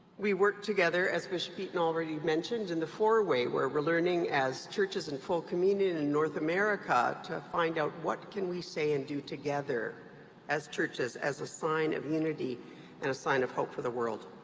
we work together as bishop eaton already mentioned, in the four-way where we're learning as churches in full communion in north america to find out what can we say and do together as churches as a sign of unity and a sign of hope for the world?